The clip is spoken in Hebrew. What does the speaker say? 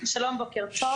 שלום בוקר טוב,